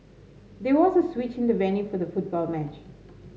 there was a switch in the venue for the football match